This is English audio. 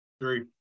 Three